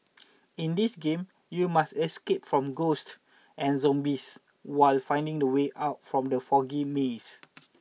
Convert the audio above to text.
in this game you must escape from ghosts and zombies while finding the way out from the foggy maze